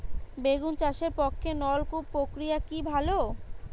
বেগুন চাষের পক্ষে নলকূপ প্রক্রিয়া কি ভালো?